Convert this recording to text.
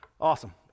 Awesome